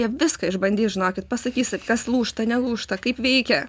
jie viską išbandys žinokit pasakysit kas lūžta nelūžta kaip veikia